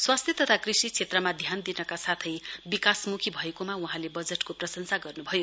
स्वास्थ्य तथा कृषि क्षेत्रमा ध्यान दिनका साथै विकासम्खी भएकोमा वहाँले बजटको प्रंशसा गर्न्भयो